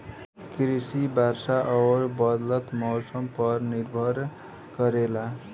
कृषि वर्षा और बदलत मौसम पर निर्भर करेला